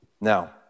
Now